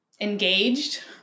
engaged